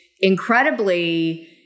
incredibly